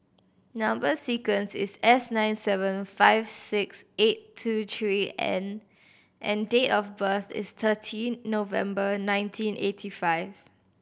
number sequence is S nine seven five six eight two three N and date of birth is thirteen November nineteen eighty five